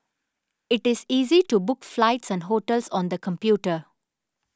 it is easy to book flights and hotels on the computer